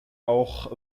auch